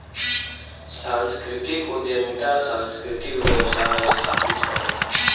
सांस्कृतिक उद्यमिता सांस्कृतिक व्यवसाय स्थापित करला